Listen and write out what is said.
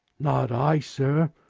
not i, sir,